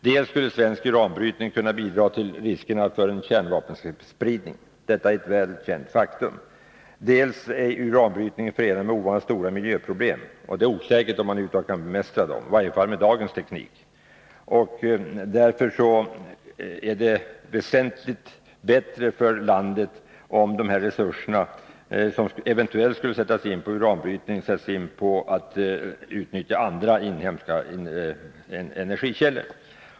Dels skulle en svensk uranbrytning kunna bidra till att öka riskerna för kärnvapenspridning — det är ett väl känt faktum. Dels är uranbrytning förenad med ovanligt stora miljöproblem. Och det är osäkert om man, i varje fall med dagens teknik, över huvud taget kan bemästra dem. Därför är det väsentligt bättre för landet om de resurser som eventuellt skulle tas i anspråk för uranbrytning sätts in på ett utnyttjande av andra inhemska energikällor.